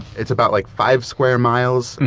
it's about like five square miles, and